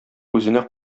үзенә